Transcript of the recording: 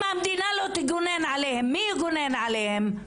אם המדינה לא תגונן עליהם מי יגונן עליהם?